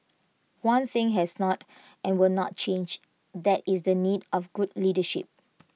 one thing has not and will not change that is the need of good leadership